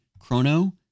chrono